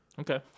Okay